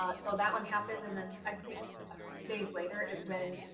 ah so that one happened and then i think a few days later is when